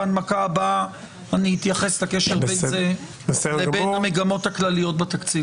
בהנמקה הבאה אתייחס לקשר בין זה לבין המגמות הכלליות בתקציב.